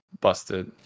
busted